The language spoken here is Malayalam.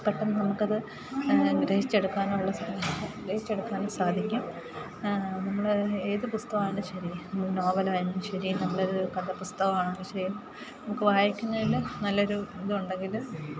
പെട്ടെന്ന് നമുക്കത് ഗ്രഹിച്ചെടുക്കാനുള്ള ഗ്രഹിച്ചെടുക്കാനും സാധിക്കും നമ്മള് ഏതു പുസ്തകമാണ് ശരി നോവലായാലും ശരി നല്ലൊരു കഥാ പുസ്തകമാണെങ്കിലും ശരി നമുക്ക് വായിക്കുന്നതില് നല്ലൊരു ഇത് ഉണ്ടെങ്കില്